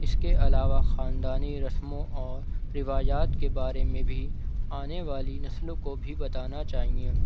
اس کے علاوہ خاندانی رسموں اور روایات کے بارے میں بھی آنے والی نسلوں کو بھی بتانا چاہیے